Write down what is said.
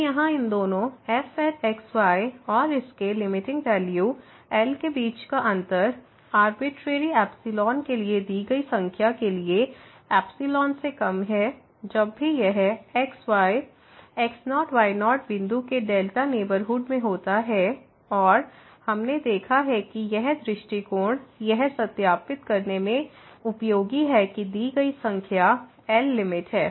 तो यहां इन दोनों fx y और इसके लिमिटिंग वैल्यू L के बीच का अंतर आर्बिट्रेरी एप्सिलॉन के लिए दी गई संख्या के लिए एप्सिलॉन से कम है जब भी यह x y x0 y0 बिंदु के डेल्टा नेबरहुड में होता है और हमने देखा है कि यह दृष्टिकोण यह सत्यापित करने में उपयोगी है कि दी गई संख्या L लिमिट है